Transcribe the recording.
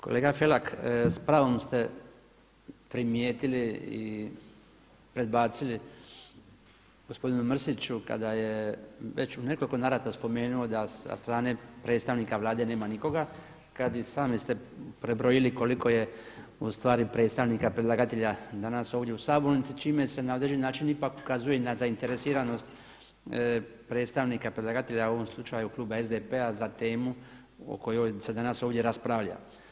Kolega Felak s pravom ste primijetili i predbacili gospodinu Mrsiću kada je već u nekoliko navrata spomenuo da sa strane predstavnika Vlade nema nikoga, kada i sami ste prebrojili koliko je ustvari predstavnika predlagatelja danas ovdje u sabornici čime se na određeni način ipak ukazuje na zainteresiranost predstavnika predlagatelja, a u ovom slučaju Kluba SDP-a za temu o kojoj se danas ovdje raspravlja.